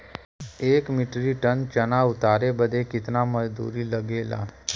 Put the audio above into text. एक metric ton चना उतारे बदे कितना मजदूरी लगे ला?